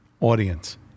audience